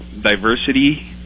diversity